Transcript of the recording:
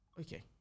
Okay